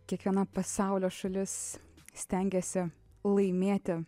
kiekviena pasaulio šalis stengiasi laimėti